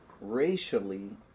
racially